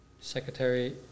secretary